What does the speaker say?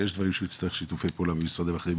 שיש דברים שהוא יצטרך שיתופי פעולה עם משרדים אחרים,